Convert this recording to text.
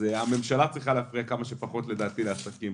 הממשלה צריכה כמה שפחות להפריע לעסקים,